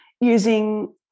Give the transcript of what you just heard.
using